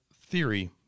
theory